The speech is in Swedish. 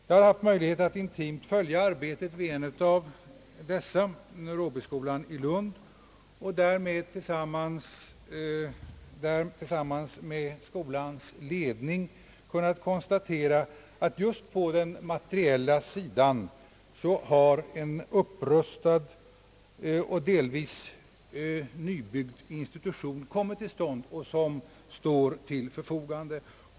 Jag har haft möjlighet att följa arbetet vid Råbyskolan i Lund och tillsammans med skolans ledning kunnat konstatera, att just på den materiella sidan har en upprustad och delvis nybyggd institution kommit till stånd.